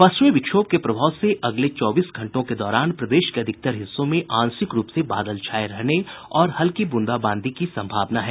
पश्चिमी विक्षोभ के प्रभाव से अगले चौबीस घंटों के दौरान प्रदेश के अधिकतर हिस्सों में आंशिक रूप से बादल छाये रहने और हल्की बूंदाबांदी की सम्भावना है